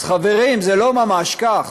אז, חברים, זה לא ממש כך.